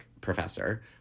professor